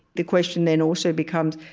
the question then also becomes,